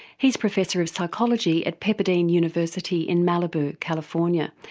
he's professor of psychology at pepperdine university in malibu, california,